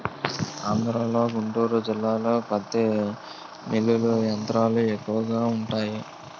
ఆంధ్రలో గుంటూరు జిల్లాలో పత్తి మిల్లులు యంత్రాలు ఎక్కువగా వుంటాయి